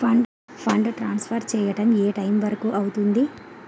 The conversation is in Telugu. ఫండ్ ట్రాన్సఫర్ చేయడం ఏ టైం వరుకు అవుతుంది?